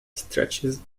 stretches